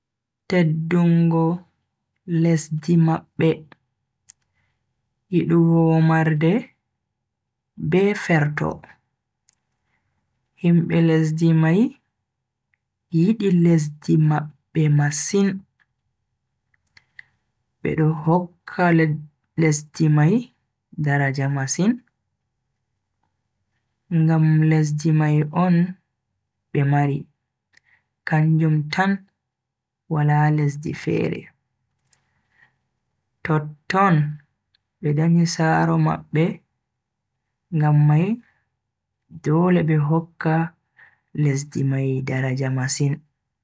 Teddungo lesdi mabbe, yidugo womarde be ferto. Himbe lesdi mai yidi lesdi mabbe masin, bedo hokka lesdi mai daraja masin ngam lesdi mai on be mari kanjum tan wala lesdi fere. Toton be danyi saaro mabbe ngam mai dole be hokka lesdi mai daraja masin.